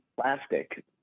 plastic